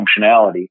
functionality